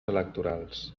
electorals